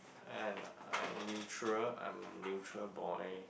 and I'm neutral I'm neutral boy